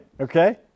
okay